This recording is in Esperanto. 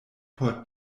por